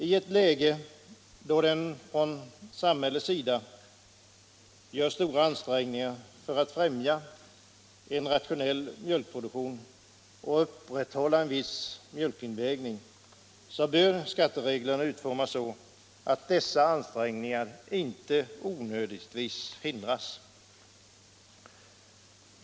I ett läge där samhället gör stora ansträngningar för att främja en rationell mjölkproduktion och för att upprätthålla en viss mjölkinvägning bör skattereglerna utformas så, att dessa ansträngningar inte onödigtvis hindras.